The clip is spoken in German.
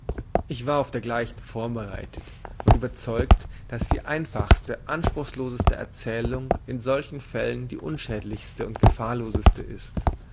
ich war auf dergleichen vorbereitet und überzeugt daß die einfachste anspruchloseste erzählung in solchen fällen die unschädlichste und gefahrloseste ist